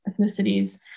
ethnicities